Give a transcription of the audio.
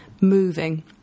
moving